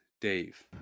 Dave